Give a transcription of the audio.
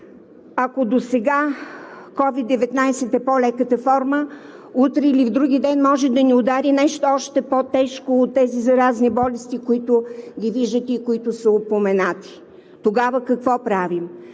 Ако досега COVID-19 е по-леката форма, утре или вдругиден може да ни удари нещо още по-тежко от тези заразни болести, които виждате и са упоменати. Тогава какво правим?